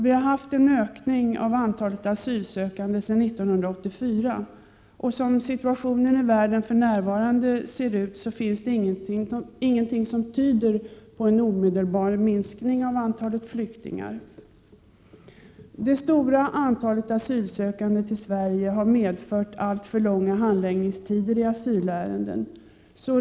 Vi har haft en ökning av antalet asylsökande sedan 1984, och som situationen i världen för närvarande ser ut finns det ingenting som tyder på någon omedelbar minskning av antalet flyktingar. Det stora antalet asylsökande till Sverige har medfört alltför långa handläggningstider i asylärenden.